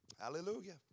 Hallelujah